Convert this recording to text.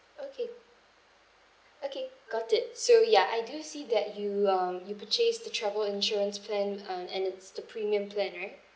okay okay got it so ya I do see that you um you purchase the travel insurance plan um and it's the premium plan right